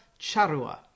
Charua